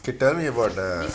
okay tell me about